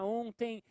ontem